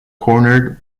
cornered